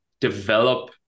develop